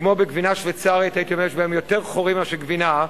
והייתי אומר שכמו בגבינה שוויצרית שיש בה יותר חורים מאשר גבינה,